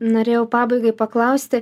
norėjau pabaigai paklausti